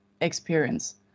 experience